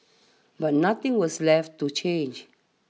but nothing was left to change